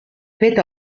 fet